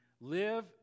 live